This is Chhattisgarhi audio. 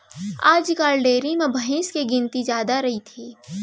आजकाल डेयरी म भईंस के गिनती जादा रइथे